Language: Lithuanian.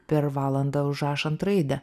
per valandą užrašant raidę